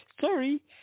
Sorry